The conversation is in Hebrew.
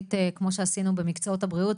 לתוכנית כמו שעשינו במקצועות הבריאות,